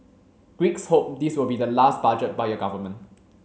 Greeks hope this will be the last budget by your government